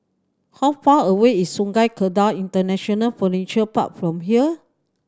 how far away is Sungei Kadut International Furniture Park from here